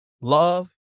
Love